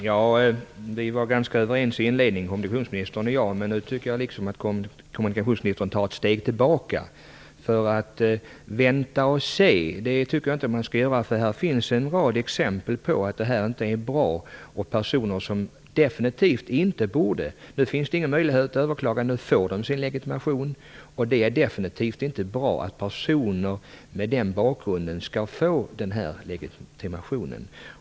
Fru talman! Kommunikationsministern och jag var ganska överens i inledningen, men nu tycker jag att kommunikationsministern tar ett steg tillbaka. Jag tycker inte att man skall "vänta och se", eftersom det finns en rad exempel på att detta inte är bra och att personer som definitivt inte borde bedriver sådan här verksamhet. Nu finns det ingen möjlighet att överklaga, utan nu får de sin legitimation. Det är definitivt inte bra att personer med den bakgrunden får den här legitimationen.